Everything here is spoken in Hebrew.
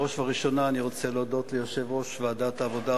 בראש ובראשונה אני רוצה להודות ליושב-ראש ועדת העבודה,